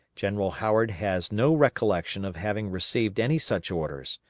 general howard has no recollection of having received any such orders,